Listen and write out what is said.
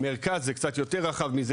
מרכז זה קצת יותר רחב מזה,